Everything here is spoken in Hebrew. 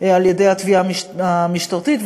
על-ידי התביעה המשטרתית,